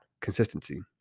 consistency